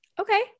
Okay